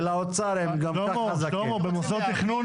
מוסד תכנון.